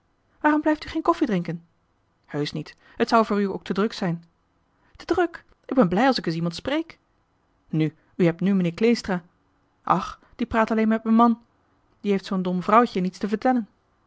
waarom blijft u geen koffiedrinken heusch niet het zou voor u ook te druk zijn te druk ik ben blij als ik es iemand spreek nu u hebt nu meneer kleestra o die praat alleen met me man die heeft zoo'n dom vrouwtje niets te vertellen